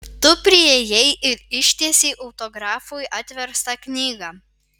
tu priėjai ir ištiesei autografui atverstą knygą